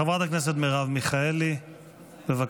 חברת הכנסת מרב מיכאלי, בבקשה.